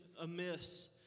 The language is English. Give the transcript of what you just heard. amiss